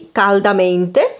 caldamente